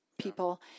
people